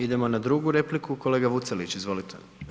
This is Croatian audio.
Idemo na drugu repliku, kolega Vucelić, izvolite.